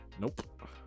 Nope